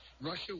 Russia